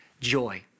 Joy